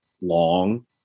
long